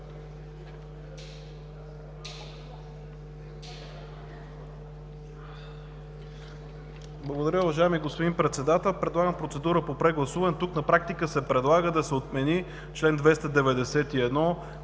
Благодаря Ви, уважаеми господин Председател. Предлагам процедура по прегласуване. Тук на практика се предлага да се отмени чл. 291